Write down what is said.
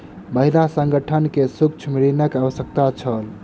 महिला संगठन के सूक्ष्म ऋणक आवश्यकता छल